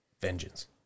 vengeance